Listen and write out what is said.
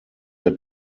der